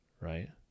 right